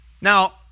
Now